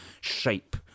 shape